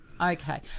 Okay